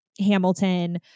Hamilton